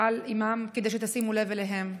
על אימם כדי שתשימו לב אליהם?